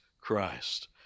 Christ